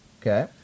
Okay